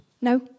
No